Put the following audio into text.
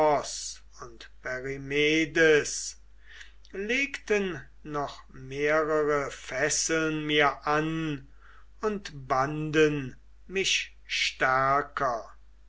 und perimedes legten noch mehrere fesseln mir an und banden mich stärker